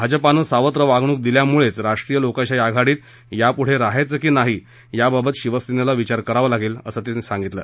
भाजपानं सावतं वागणक दिल्यामुळेच राष्ट्रीय लोकशाही आघाडीत यापूढे रहायचं की नाही याबाबत शिवसेनेला विचार करावा लागेल असंही ते म्हणाले